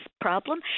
problem